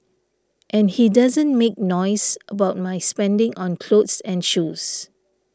and he doesn't make noise about my spending on clothes and shoes